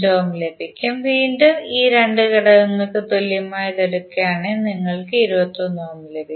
5 ohm ലഭിക്കും വീണ്ടും ഈ 2 ഘടകങ്ങൾക്ക് തുല്യമായത് എടുക്കുകയാണെങ്കിൽ നിങ്ങൾക്ക് 21 ഓം ലഭിക്കും